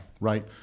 right